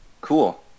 Cool